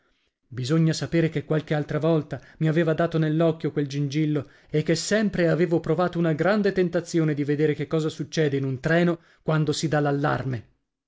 bisogna sapere che qualche altra volta mi aveva dato nell'occhio quel gingillo e che sempre avevo provato una grande tentazione di vedere che cosa succede in un treno quando si dà